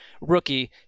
rookie